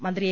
മന്ത്രി എ